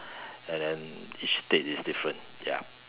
and then each state is different ya